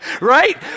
right